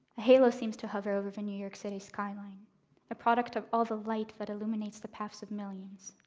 a halo seems to hover over the new york city skyline a product of all the light that illuminates the paths of millions.